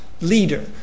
leader